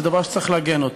זה דבר שצריך לעגן אותו.